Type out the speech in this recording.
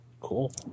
Cool